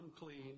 unclean